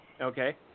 Okay